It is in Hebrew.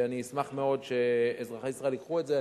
ואני אשמח מאוד שאזרחי ישראל ייקחו את זה.